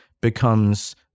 becomes